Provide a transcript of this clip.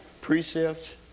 Precepts